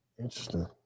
Interesting